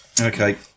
okay